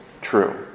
true